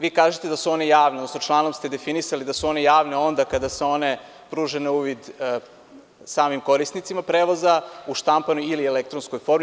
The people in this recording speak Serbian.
Vi kažete da su one javne, odnosno članom ste definisali da su one javne onda kada se one pruže na uvid samim korisnicima prevoza, u štampanoj ili elektronskoj formi.